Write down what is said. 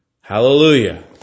Hallelujah